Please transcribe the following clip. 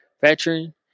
veteran